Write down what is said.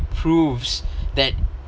proves that